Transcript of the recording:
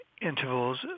intervals